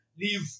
leave